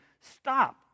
stop